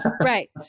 right